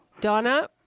Donna